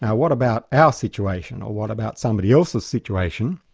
what about our situation? what about somebody else's situation?